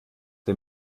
der